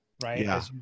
right